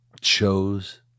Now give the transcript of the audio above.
chose